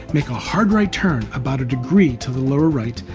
make a hard right turn, about a degree to the lower right,